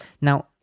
now